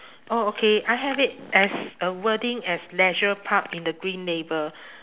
oh okay I have it as a wording as leisure park in the green label